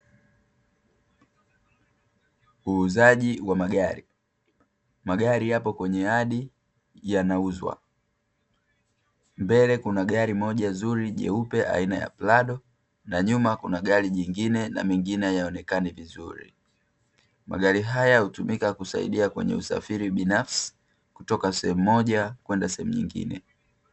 Uuzaji wa magari. Magari yapo kwenye yadi yanauzwa. Mbele kua gari moja zuri jeupe aina ya prado, na nyuma kuna gari jingine na mengine hayaonekani vizuri. Magari haya hutumika kusaidia kwenye usafiri binafsi, kutoka sehemu moja kwenda sehemu nyingine.